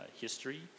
history